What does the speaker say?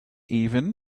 even